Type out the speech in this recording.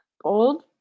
Bold